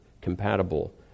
compatible